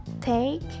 take